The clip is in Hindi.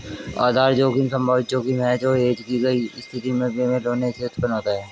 आधार जोखिम संभावित जोखिम है जो हेज की गई स्थिति में बेमेल होने से उत्पन्न होता है